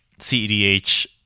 Cedh